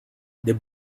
the